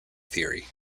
theory